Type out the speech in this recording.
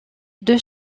deux